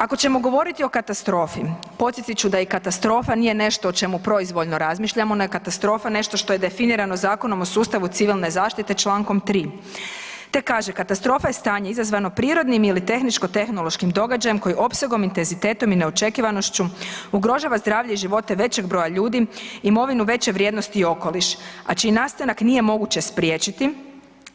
Ako ćemo govoriti o katastrofi podsjetit ću da i katastrofa nije nešto o čemu proizvoljno razmišljamo, da je katastrofa nešto što je definirano Zakonom o sustavu civilne zaštite čl. 3., te kaže „katastrofa je stanje izazvano prirodnim ili tehničko-tehnološkim događajem koji opsegom, intenzitetom i neočekivanošću ugrožava zdravlje i živote većeg broja ljudi, imovinu veće vrijednosti i okoliš, a čiji nastanak nije moguće spriječiti